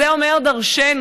זה אומר דורשני.